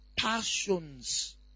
Passions